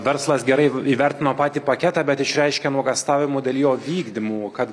verslas gerai įvertino patį paketą bet išreiškė nuogąstavimų dėl jo vykdymų kad